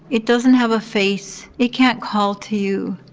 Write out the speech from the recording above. it doesn't have a face. it can't call to you.